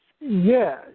Yes